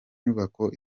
nyubako